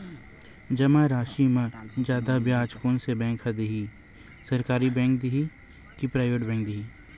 जमा राशि म जादा ब्याज कोन से बैंक ह दे ही, सरकारी बैंक दे हि कि प्राइवेट बैंक देहि?